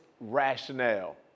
rationale